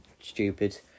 Stupid